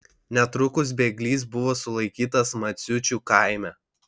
netrukus bėglys buvo sulaikytas maciučių kaime